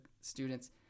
students